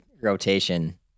rotation